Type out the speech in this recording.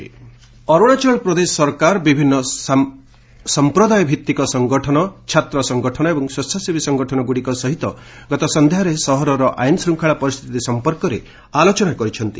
Arunachal PRC Arunachal Pradesh ସରକାର ବିଭିନ୍ନ ସଂପ୍ରଦାୟ ଭିତ୍ତିକ ସଂଗଠନ ଛାତ୍ର ସଂଗଠନ ଏବଂ ସ୍କେଚ୍ଛାସେବୀ ସଂଗଠନଗୁଡ଼ିକ ସହିତ ଗତ ସନ୍ଧ୍ୟାରେ ସହରର ଆଇନଶୃଙ୍ଖଳା ପରିସ୍ଥିତି ସଂପର୍କରେ ଆଲୋଚନା କରିଛନ୍ତି